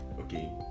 Okay